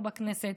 פה בכנסת,